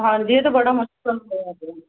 ਹਾਂਜੀ ਇਹ ਤਾਂ ਬੜਾ ਮੁਸ਼ਕਿਲ ਹੋਇਆ ਪਿਆ